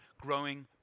growing